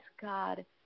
God